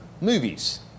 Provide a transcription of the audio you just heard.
movies